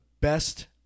best